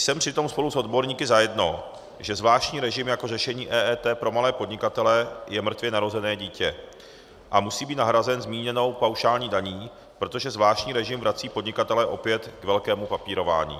Jsem přitom spolu s odborníky zajedno, že zvláštní režim jako řešení EET pro malé podnikatele je mrtvě narozené dítě a musí být nahrazen zmíněnou paušální daní, protože zvláštní režim vrací podnikatele opět k velkému papírování.